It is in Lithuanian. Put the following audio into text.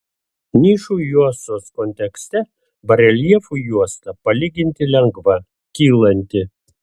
nišų juostos kontekste bareljefų juosta palyginti lengva kylanti